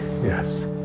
yes